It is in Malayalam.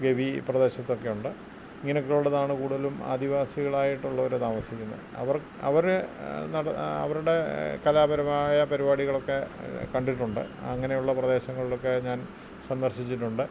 ഗവി പ്രദേശത്തൊക്കെ ഉണ്ട് ഇങ്ങനെയൊക്കെ ഉള്ളതാണ് കൂടുതലും ആദിവാസികൾ ആയിട്ടുള്ളവർ താമസിക്കുന്നത് അവർ അവർ അവരുടെ കലാപരമായ പരിപാടികളൊക്കെ കണ്ടിട്ടുണ്ട് അങ്ങനെയുള്ള പ്രദേശങ്ങളിലൊക്കെ ഞാൻ സന്ദർശിച്ചിട്ടുണ്ട്